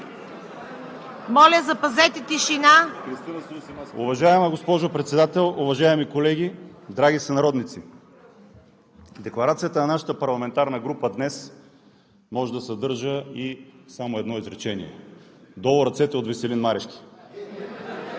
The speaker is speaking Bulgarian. Моля, запазете тишина! ПЛАМЕН ХРИСТОВ: Уважаема госпожо Председател, уважаеми колеги, драги сънародници! Декларацията на нашата парламентарна група днес може да съдържа само едно изречение: „Долу ръцете от Веселин Марешки!“